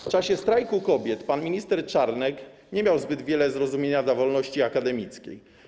W czasie Strajku Kobiet pan minister Czarnek nie miał zbyt wiele zrozumienia dla wolności akademickiej.